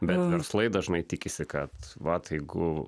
bet verslai dažnai tikisi kad vat jeigu